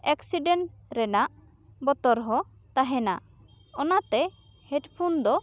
accident ᱨᱮᱱᱟᱜ ᱵᱚᱛᱚᱨ ᱦᱚᱸ ᱛᱟᱦᱮᱱᱟ ᱚᱱᱟ ᱛᱮ ᱦᱮᱰᱯᱷᱳᱱ ᱫᱚ